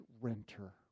renter